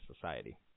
Society